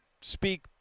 speak